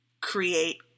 create